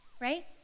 right